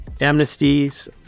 amnesties